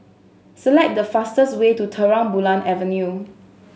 select the fastest way to Terang Bulan Avenue